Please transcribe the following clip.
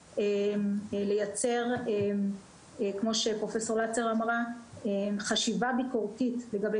לייצר - כמו שפרופ' לצר אמרה - חשיבה ביקורתית לגבי